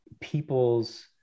peoples